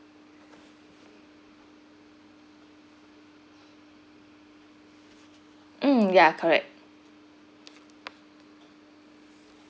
mm ya correct